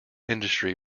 industry